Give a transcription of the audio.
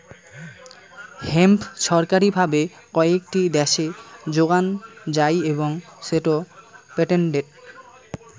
hemp ছরকারি ভাবে কয়েকটি দ্যাশে যোগান যাই এবং সেটো পেটেন্টেড